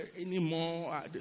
anymore